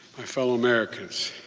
my fellow americans,